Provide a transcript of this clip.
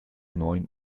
neun